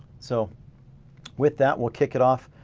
so with that we'll kick it off.